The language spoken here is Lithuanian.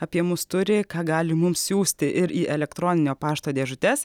apie mus turi ką gali mums siųsti ir į elektroninio pašto dėžutes